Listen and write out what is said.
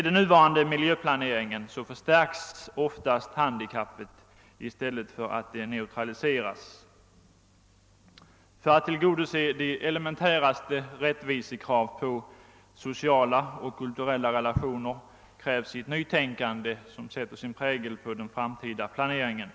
Den nuvarande miljöplaneringen förstärker oftast handikappet i stället för att neutralisera det. För att tillgodose de elementäraste rättvisekraven på sociala och kulturella relationer krävs att ett nytänkande sätter sin prägel på den framtida planeringen.